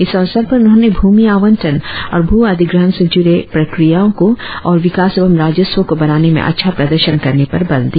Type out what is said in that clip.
इस अवसर पर उन्होंने भूमि आवंटन और भू अधिग्रहण से जुड़े प्रक्रियाओं को और विकास एवं राजस्व को बढ़ाने में अच्छा प्रर्दशन करने पर बल दिया